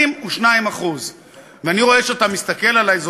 22%. ואני רואה שאתה מסתכל עלי,